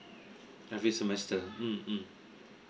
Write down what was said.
every semester mm mm